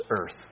earth